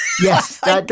Yes